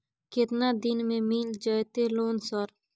केतना दिन में मिल जयते लोन सर?